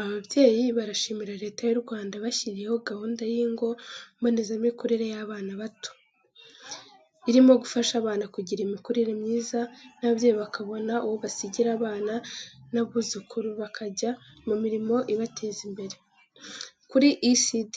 Ababyeyi barashimira Leta y’u Rwanda yabashyiriyeho gahunda y’ingo mbonezamikurire y’abana bato (ECD), irimo gufasha abana kugira imikurire myiza, n’ababyeyi bakabona uwo basigira abana n’abuzukuru bakajya mu mirimo ibateza imbere. Kuri ECD,